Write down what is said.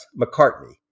McCartney